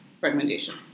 recommendation